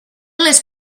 les